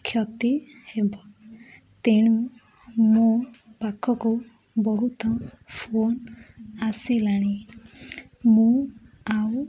କ୍ଷତି ହେବ ତେଣୁ ମୋ ପାଖକୁ ବହୁତ ଫୋନ୍ ଆସିଲାଣି ମୁଁ ଆଉ